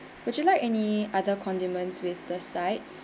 would you like any other condiments with the sides